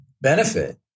benefit